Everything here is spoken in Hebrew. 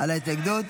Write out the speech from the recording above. על ההתנגדות?